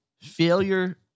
Failure